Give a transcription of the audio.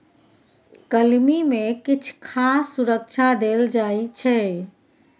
कलमी मे किछ खास सुरक्षा देल जाइ छै